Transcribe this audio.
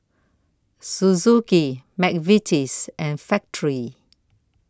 Suzuki Mcvitie's and Factorie